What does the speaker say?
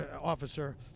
officer